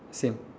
same